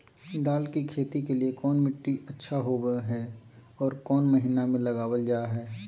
दाल की खेती के लिए कौन मिट्टी अच्छा होबो हाय और कौन महीना में लगाबल जा हाय?